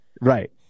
Right